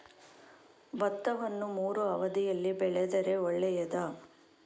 ಭತ್ತವನ್ನು ಮೂರೂ ಅವಧಿಯಲ್ಲಿ ಬೆಳೆದರೆ ಒಳ್ಳೆಯದಾ?